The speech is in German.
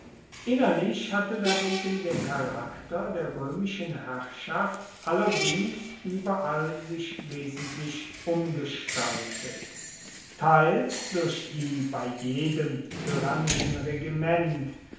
innerlich hatte dagegen der charakter der römischen herrschaft allerdings überall sich wesentlich umgestaltet teils durch die bei jedem tyrannischen regiment